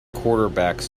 quarterbacks